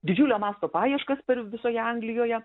didžiulio masto paieškas per visoje anglijoje